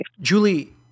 Julie